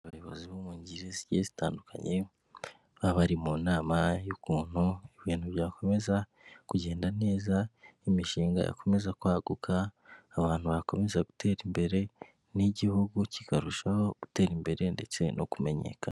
Abayobozi bo mu ngeri zigiye zitandukanye baba bari mu nama y'ukuntu ibintu byakomeza kugenda neza, imishinga ikomeza kwaguka, abantu bakomeza gutera imbere n'igihugu kikarushaho gutera imbere ndetse no kumenyekana.